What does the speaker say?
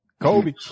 Kobe